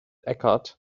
eckhart